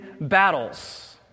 battles